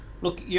look